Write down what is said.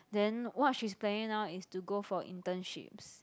then what she's planning now is to go for internships